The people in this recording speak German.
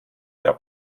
der